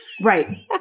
Right